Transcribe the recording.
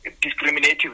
discriminative